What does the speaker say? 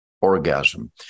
orgasm